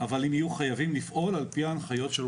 אבל הם יהיו חייבים לפעול על פי ההנחיות של